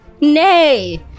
nay